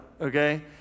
okay